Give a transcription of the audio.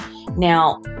Now